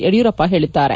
ಯಡಿಯೂರಪ್ಪ ಹೇಳಿದ್ದಾರೆ